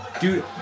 Dude